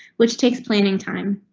which takes planning time.